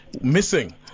missing